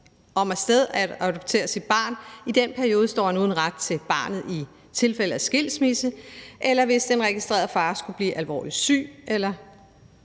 om at stedbarnsadoptere sit barn, og i den periode står han uden ret til barnet i tilfælde af skilsmisse, eller hvis den registrerede far skulle blive alvorligt syg eller